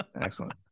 Excellent